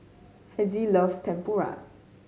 Hezzie loves Tempura